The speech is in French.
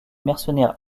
mercenaires